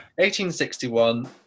1861